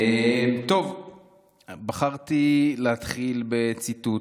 בחרתי להתחיל בציטוט.